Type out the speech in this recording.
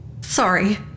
Sorry